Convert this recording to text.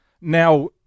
now